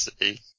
see